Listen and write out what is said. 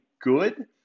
good